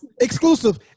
exclusive